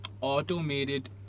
Automated